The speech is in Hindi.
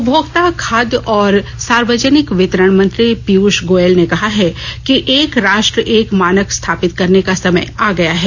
उपभोक्ता खाद्य और सार्वजनिक वितरण मंत्री पीयूष गोयल ने कहा है कि एक राष्ट्र एक मानक स्थापित करने का समय आ गया है